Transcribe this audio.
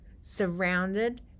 surrounded